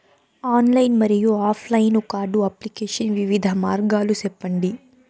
Online మరియు offline card application వివిధ మార్గాలు సెప్పండి?